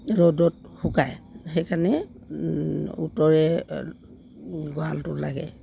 ৰ'দত শুকায় সেইকাৰণে উত্তৰে গড়ালটো লাগে